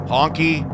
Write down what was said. Honky